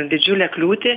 didžiulę kliūtį